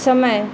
समय